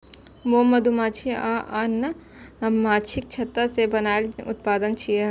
मोम मधुमाछी आ आन माछीक छत्ता सं बनल उत्पाद छियै